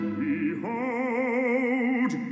behold